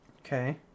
Okay